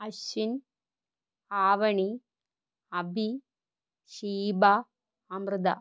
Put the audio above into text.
Ashwin Avani Abhi Sheeba Amrita